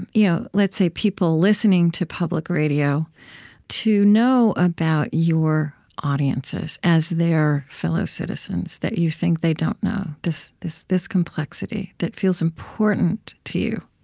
and yeah let's say, people listening to public radio to know about your audiences as their fellow citizens that you think they don't know, this this complexity that feels important to you,